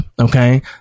okay